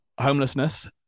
homelessness